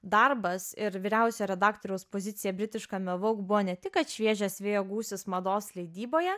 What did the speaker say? darbas ir vyriausiojo redaktoriaus pozicija britiškame vogue buvo ne tik šviežias vėjo gūsis mados leidyboje